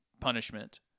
punishment